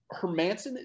Hermanson